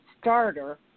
starter